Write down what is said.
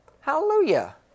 Hallelujah